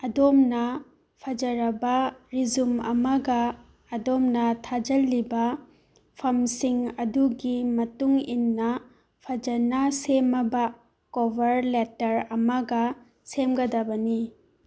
ꯑꯗꯣꯝꯅ ꯐꯖꯔꯕ ꯔꯤꯖꯨꯝ ꯑꯃꯒ ꯑꯗꯣꯝꯅ ꯊꯥꯖꯤꯜꯂꯤꯕ ꯐꯝꯁꯤꯡ ꯑꯗꯨꯒꯤ ꯃꯇꯨꯡ ꯏꯟꯅ ꯐꯖꯅ ꯁꯦꯝꯂꯕ ꯀꯣꯕꯔ ꯂꯦꯇꯔ ꯑꯃꯒ ꯁꯦꯝꯒꯗꯕꯅꯤ